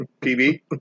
PB